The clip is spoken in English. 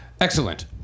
Excellent